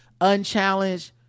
unchallenged